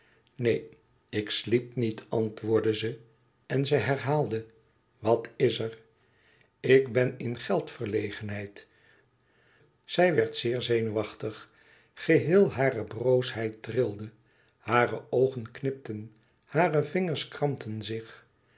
neen ik sliep niet antwoordde ze en ze herhaalde wat is er ik ben in geldverlegenheid kan je me zeshonderd florijnen geven zij werd zeer zenuwachtig geheel hare broosheid trilde hare oogen knipten hare vingers krampten zich